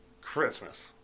Christmas